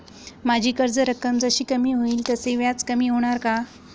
माझी कर्ज रक्कम जशी कमी होईल तसे व्याज कमी होणार का?